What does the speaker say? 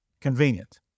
convenient